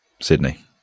Sydney